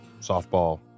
softball